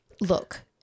look